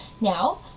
now